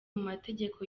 mategeko